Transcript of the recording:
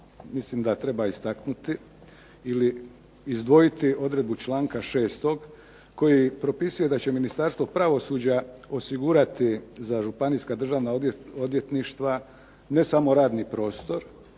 mislim da treba istaknuti ili izdvojiti odredbu članka 6. koji propisuje da će Ministarstvo pravosuđa osigurati za županijska državna odvjetništva ne samo radni prostor,